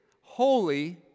holy